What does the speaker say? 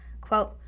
Quote